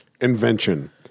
invention